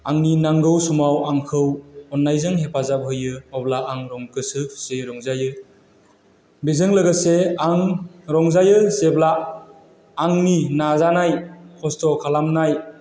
आंनि नांगौ समाव आंखौ अननायजों हेफाजाब होयो अब्ला आं गोसो खुसियै रंजायो बेजों लोगोसे आं रंजायो जेब्ला आंनि नाजानाय खस्थ' खालामनाय